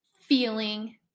feeling